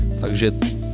takže